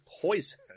poison